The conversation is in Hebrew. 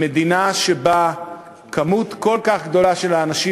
במדינה שבה מספר כל כך גדול של אנשים